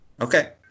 Okay